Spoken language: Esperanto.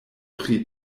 pri